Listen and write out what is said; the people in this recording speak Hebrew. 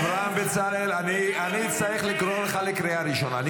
אברהם בצלאל, אני אצטרך לקרוא אותך בקריאה ראשונה.